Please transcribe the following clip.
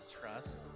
Trust